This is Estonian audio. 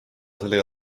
sellega